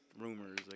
rumors